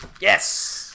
yes